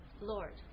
Lord